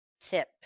tip